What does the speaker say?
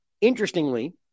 interestingly-